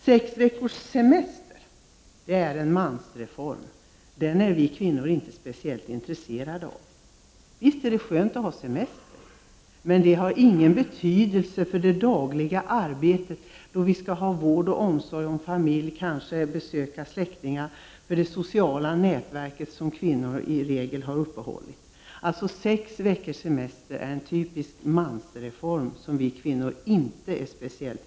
Sex veckors semester är en mansreform, som vi kvinnor inte är speciellt intresserade av. Visst är det skönt att ha semester, men den har ingen betydelse för det dagliga arbetet med vård och omsorg om familjen, annat än kanske när det gäller att besöka släktingar som ett led i det sociala nätverk som kvinnorna i regel har uppehållit.